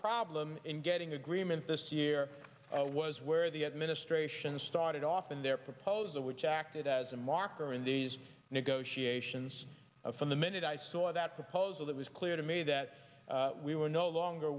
problem in getting agreement this year was where the administration started off and their proposal which acted as a marker in these negotiations from the minute i saw that proposal that was clear to me that we were no longer